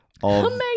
amazing